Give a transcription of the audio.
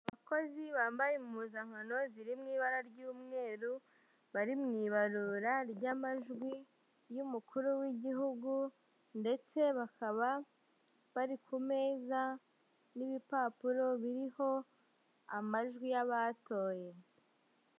Abakozi bambaye impuzankano ziri rmu ibara ry'umweru, bari mu ibarura ry'amajwi y'umukuru w'igihugu, ndetse bakaba bari ku meza n'ibipapuro biriho amajwi y'abatoye.